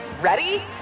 Ready